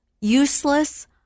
useless